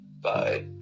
Bye